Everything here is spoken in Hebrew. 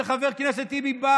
וחבר הכנסת טיבי בא